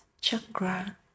chakra